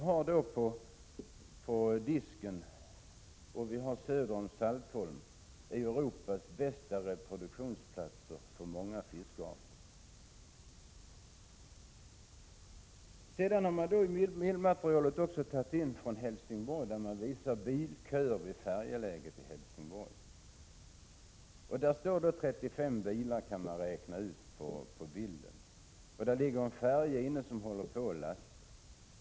På Disken och söder om Saltholm har vi Europas bästa reproduktionsplatser för många fiskarter. I bildmaterialet har man också tagit in en bild från Helsingborg som visar bilköer vid färjeläget. Man kan räkna till 35 bilar på bilden, och det ligger en färja inne som håller på att lasta.